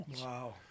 Wow